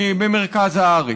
במרכז הארץ.